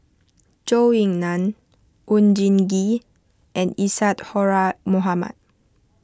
Zhou Ying Nan Oon Jin Gee and Isadhora Mohamed